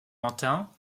matin